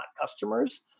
customers